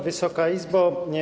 Wysoka Izbo!